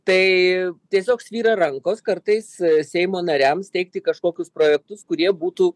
tai tiesiog svyra rankos kartais seimo nariams teikti kažkokius projektus kurie būtų